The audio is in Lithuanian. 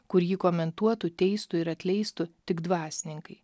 kur jį komentuotų teistų ir atleistų tik dvasininkai